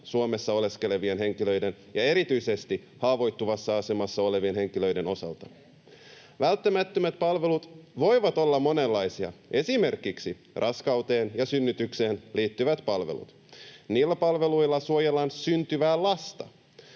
Suomessa oleskelevien henkilöiden ja erityisesti haavoittuvassa asemassa olevien henkilöiden osalta. Välttämättömät palvelut voivat olla monenlaisia, esimerkiksi raskauteen ja synnytykseen liittyvät palvelut. Niillä palveluilla suojellaan syntyvää lasta.